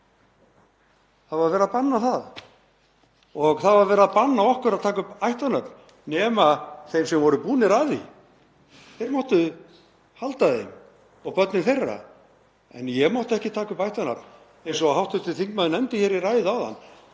Það var verið að banna það. Og það var verið að banna okkur að taka upp ættarnöfn. Þeir sem voru búnir að því, þeir máttu halda þeim og börnin þeirra. En ég mátti ekki taka upp ættarnafn. Eins og hv. þingmaður nefndi hér í ræðu áðan